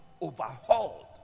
overhauled